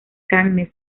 cannes